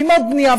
ועם עוד בנייה,